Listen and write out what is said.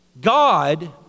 God